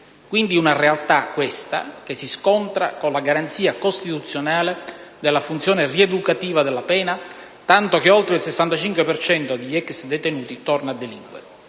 Questa realtà si scontra con la garanzia costituzionale della funzione rieducativa della pena, tanto che oltre il 65 per cento degli ex detenuti torna a delinquere.